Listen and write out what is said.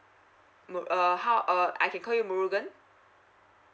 mu~ uh how uh I can call you murugan